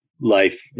Life